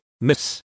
miss